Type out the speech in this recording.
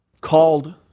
called